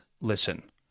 listen